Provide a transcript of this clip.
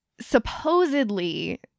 Supposedly